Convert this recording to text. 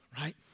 right